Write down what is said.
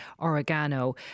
oregano